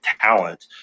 talent